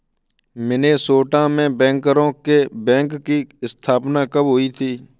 Minnesota में बैंकरों के बैंक की स्थापना कब हुई थी?